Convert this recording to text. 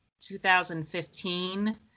2015